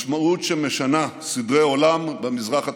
משמעות שמשנה סדרי עולם במזרח התיכון: